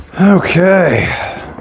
Okay